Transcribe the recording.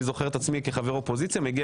אני זוכר את עצמו כחבר אופוזיציה מגיע